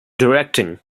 directing